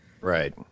Right